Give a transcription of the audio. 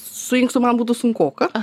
su inkstu man būtų sunkoka